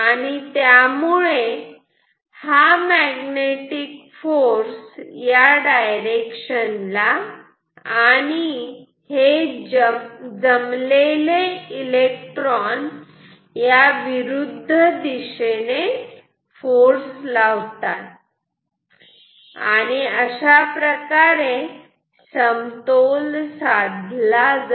आणि त्यामुळे हा मॅग्नेटिक फोर्स या डायरेक्शन ला आणि हे जन्मलेले इलेक्ट्रॉन याविरुद्ध दिशेने फोर्स लावतात आणि अशाप्रकारे समतोल साधला जातो